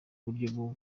buryo